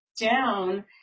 down